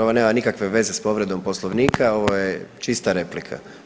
Ovo nema nikakve veze sa povredom Poslovnika, ovo je čista replika.